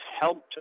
helped